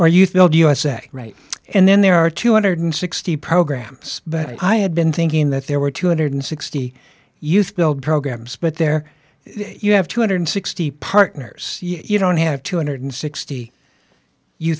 usa right and then there are two hundred and sixty programs but i had been thinking that there were two hundred and sixty youth build programs but there you have two hundred and sixty partners you don't have two hundred and sixty you